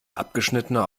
abgeschnittene